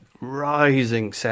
rising